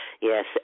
yes